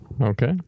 okay